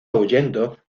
huyendo